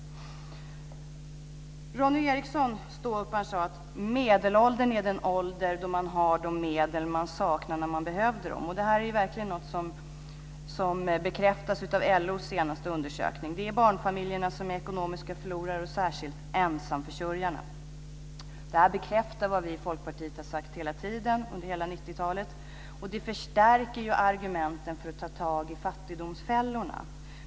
Ronny Eriksson, ståupparen, har sagt att medelåldern är den ålder då man har de medel man saknade när man behövde dem. Det är verkligen något som bekräftas av LO:s senaste undersökning. Barnfamiljerna är ekonomiska förlorare, särskilt ensamförsörjarna. Det bekräftar det vi i Folkpartiet har sagt under hela 90-talet. Det förstärker argumenten för att ta tag i fattigdomsfällorna.